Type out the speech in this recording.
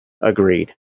agreed